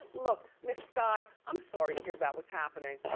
look, miss sky, i'm sorry to hear about what's happening.